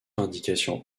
indication